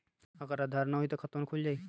अगर आधार न होई त खातवन खुल जाई?